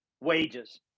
Wages